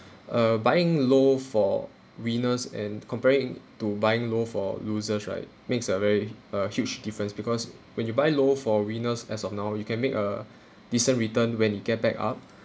uh buying low for winners and comparing to buying low for losers right makes a very uh huge difference because when you buy low for winners as of now you can make a decent return when it get back up